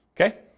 Okay